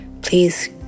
Please